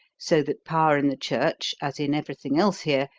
so that power in the church, as in every thing else here,